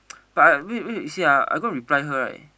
but I wait wait you see ah I go reply her right